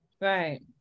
right